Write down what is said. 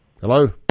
Hello